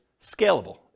scalable